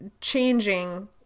changing